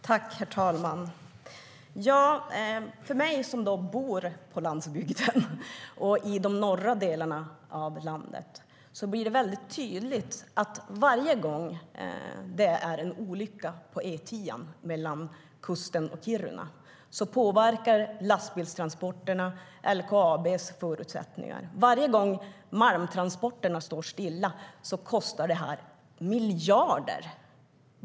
Herr talman! För mig som bor på landsbygden i den norra delen av landet blir det tydligt att varje gång det skett en olycka på E10:an mellan kusten och Kiruna påverkas lastbilstransporterna och därmed LKAB:s förutsättningar. Varje gång malmtransporterna står stilla kostar det miljarder.